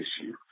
issue